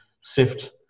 sift